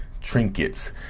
trinkets